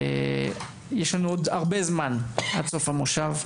יש לנו עוד זמן רב עד סוף המושב,